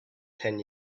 ten